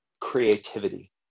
creativity